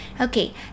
Okay